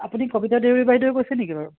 আপুনি কবিতা দেউৰী বাইদেৱে কৈছে নেকি বাৰু